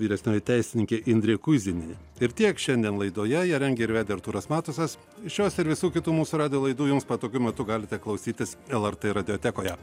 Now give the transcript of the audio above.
vyresnioji teisininkė indrė kuizinienė ir tiek šiandien laidoje ją rengė ir vedė artūras matusas šios ir visų kitų mūsų radijo laidų jums patogiu metu galite klausytis lrt radiotekoje